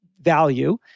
value